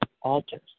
altars